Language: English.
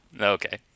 okay